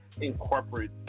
incorporate